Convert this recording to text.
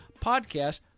podcast